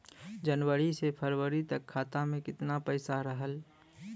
जनवरी से फरवरी तक खाता में कितना पईसा रहल?